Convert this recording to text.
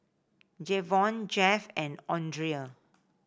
Jayvon Jeff and Andrea